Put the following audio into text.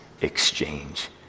exchange